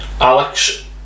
Alex